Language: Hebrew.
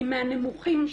היא מהנמוכים שלכם.